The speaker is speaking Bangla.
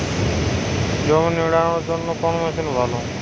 জমি নিড়ানোর জন্য কোন মেশিন ভালো?